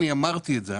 אני אמרתי את זה,